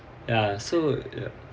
ya so